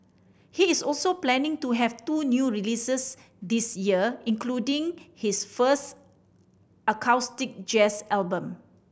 he is also planning to have two new releases this year including his first acoustic jazz album